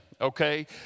okay